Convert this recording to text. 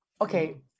okay